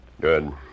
Good